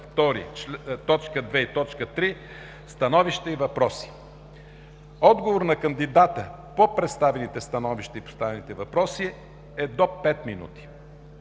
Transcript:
т. 3, становища и въпроси. 6. Отговорът на кандидата по представените становища и поставените въпроси е до пет минути.